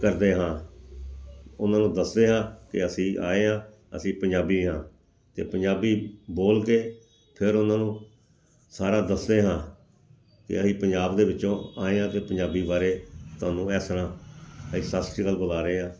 ਕਰਦੇ ਹਾਂ ਉਹਨਾਂ ਨੂੰ ਦੱਸਦੇ ਹਾਂ ਕਿ ਅਸੀਂ ਆਏ ਹਾਂ ਅਸੀਂ ਪੰਜਾਬੀ ਹਾਂ ਅਤੇ ਪੰਜਾਬੀ ਬੋਲ ਕੇ ਫਿਰ ਉਹਨਾਂ ਨੂੰ ਸਾਰਾ ਦੱਸਦੇ ਹਾਂ ਕਿ ਅਸੀਂ ਪੰਜਾਬ ਦੇ ਵਿੱਚੋਂ ਆਏ ਹਾਂ ਅਤੇ ਪੰਜਾਬੀ ਬਾਰੇ ਤੁਹਾਨੂੰ ਇਸ ਤਰ੍ਹਾਂ ਅਸੀਂ ਸਤਿ ਸ਼੍ਰੀ ਅਕਾਲ ਬੁਲਾ ਰਹੇ ਹਾਂ